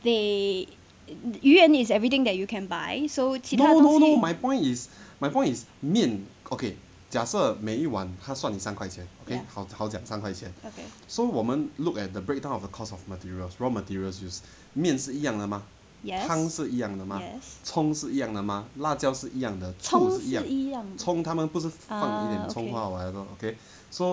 they 鱼圆 is everything that you can buy so 其他东西 ya okay yes yes 葱是一样的 uh okay